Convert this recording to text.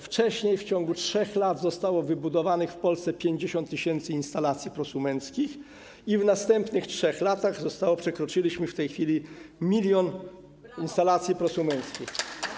Wcześniej w ciągu 3 lat zostało wybudowanych w Polsce 50 tys. instalacji prosumenckich, a w następnych 3 latach przekroczyliśmy w tej chwili milion instalacji prosumenckich.